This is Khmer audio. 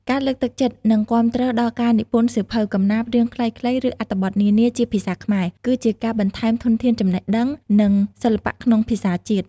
ការលើកទឹកចិត្ត និងគាំទ្រដល់ការនិពន្ធសៀវភៅ កំណាព្យ រឿងខ្លីៗ ឬអត្ថបទនានាជាភាសាខ្មែរ គឺជាការបន្ថែមធនធានចំណេះដឹង និងសិល្បៈក្នុងភាសាជាតិ។